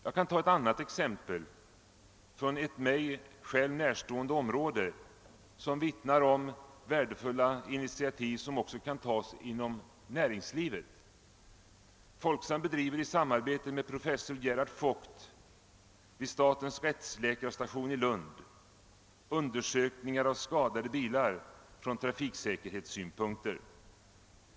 Jag kan anföra ett annat exempel från ett mig närstående område, som vittnar om att värdefulla initiativ också kan tas inom näringslivet. Folksam bedriver i samarbete med professor Gerhard Voigt vid statens rättsläkarstation i Lund undersökningar av skadade bilar från trafiksäkerhetssynpunkter.